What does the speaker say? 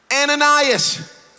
Ananias